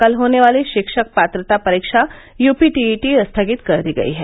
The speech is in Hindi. कल होने वाली शिक्षक पात्रता परीक्षा यू पी टीईटी स्थगित कर दी गई है